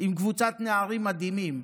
ב-1983 עם קבוצת נערים מדהימים: